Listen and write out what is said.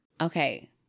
Okay